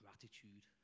Gratitude